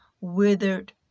withered